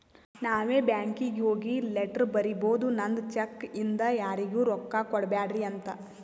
ನಾವೇ ಬ್ಯಾಂಕೀಗಿ ಹೋಗಿ ಲೆಟರ್ ಬರಿಬೋದು ನಂದ್ ಚೆಕ್ ಇಂದ ಯಾರಿಗೂ ರೊಕ್ಕಾ ಕೊಡ್ಬ್ಯಾಡ್ರಿ ಅಂತ